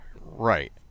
right